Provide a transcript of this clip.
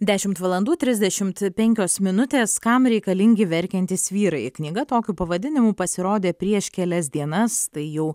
dešimt valandų trisdešimt penkios minutės kam reikalingi verkiantys vyrai knyga tokiu pavadinimu pasirodė prieš kelias dienas tai jau